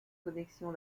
connexion